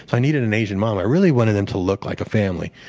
i needed an asian mom. i really wanted them to look like a family,